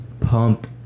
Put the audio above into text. Pumped